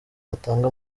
gatanga